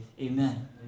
Amen